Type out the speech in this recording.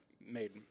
made